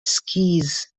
skis